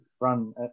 run